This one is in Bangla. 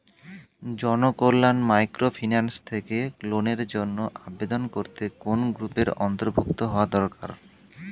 জনকল্যাণ মাইক্রোফিন্যান্স থেকে লোনের জন্য আবেদন করতে কোন গ্রুপের অন্তর্ভুক্ত হওয়া দরকার?